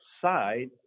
side